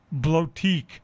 Blotique